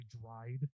dried